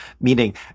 meaning